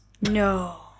No